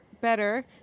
better